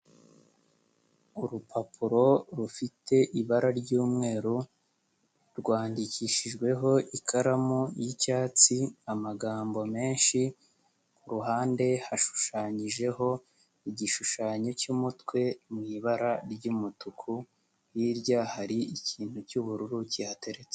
Urupapuro rufite ibara ry'umweru rwandikishijweho ikaramu y'icyatsi amagambo menshi kuruhande hashushanyijeho igishushanyo cy'umutwe mu ibara ry'umutuku hirya hari ikintu cyubururu cyihateretse.